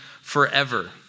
forever